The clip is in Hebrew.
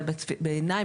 אבל בעיני,